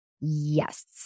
Yes